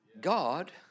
God